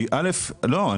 לא.